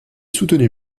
soutenu